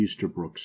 Easterbrooks